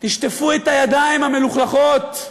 תשטפו את הידיים המלוכלכות,